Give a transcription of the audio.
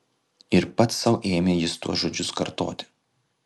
ir pats sau ėmė jis tuos žodžius kartoti